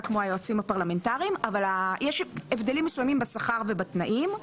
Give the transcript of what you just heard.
כמו היועצים הפרלמנטריים אבל יש הבדלים מסוימים בשכר ובתנאים.